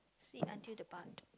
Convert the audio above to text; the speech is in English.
sit until the butt